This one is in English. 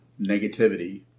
negativity